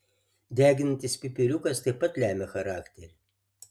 deginantis pipiriukas taip pat lemia charakterį